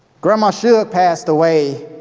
grandma shug passed away